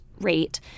rate